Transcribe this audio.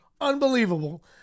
Unbelievable